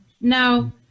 Now